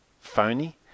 phony